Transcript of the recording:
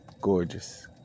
gorgeous